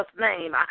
name